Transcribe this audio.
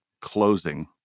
closing